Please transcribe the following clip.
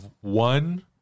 one